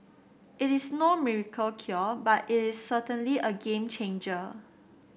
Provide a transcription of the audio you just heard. it is no miracle cure but it is certainly a game changer